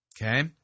Okay